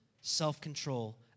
self-control